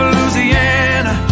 Louisiana